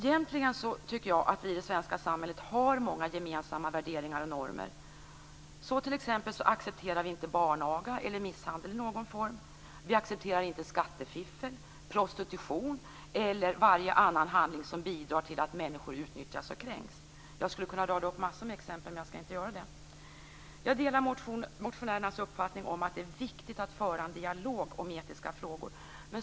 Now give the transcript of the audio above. Jag tycker att vi i det svenska samhället har många gemensamma värderingar och normer. Vi accepterar inte barnaga eller misshandel i någon form. Vi accepterar inte skattefiffel, prostitution eller varje annan handling som bidrar till att människor utnyttjas och kränks. Jag skulle kunna rada upp massor av exempel, men jag skall inte göra det. Jag delar motionärernas uppfattning om att det är viktigt att föra en dialog om etiska frågor.